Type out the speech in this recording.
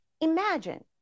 imagine